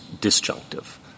disjunctive